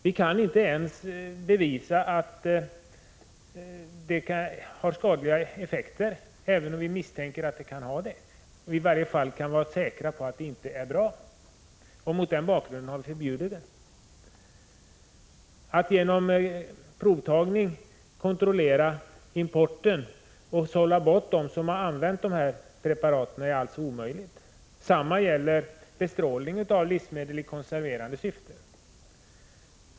Vi kan inte ens bevisa att preparaten har skadliga effekter, även om vi misstänker det eller i varje fall är säkra på att de inte är helt ofarliga. Mot den bakgrunden har vi förbjudit dem. Att genom provtagning kontrollera importen och sålla bort det foder som innehåller dessa preparat är alltså omöjligt. Detsamma gäller bestrålning av livsmedel i konserverande syfte.